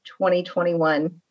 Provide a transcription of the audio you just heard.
2021